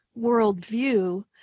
worldview